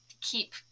keep